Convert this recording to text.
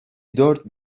dört